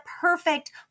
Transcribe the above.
perfect